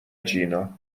جینا